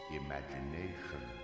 imagination